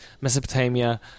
Mesopotamia